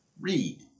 Read